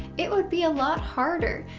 it would be a lot harder.